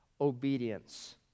obedience